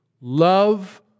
Love